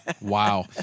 Wow